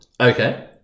Okay